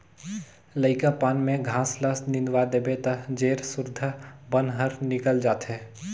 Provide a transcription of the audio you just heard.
लइकापन में घास ल निंदवा देबे त जेर सुद्धा बन हर निकेल जाथे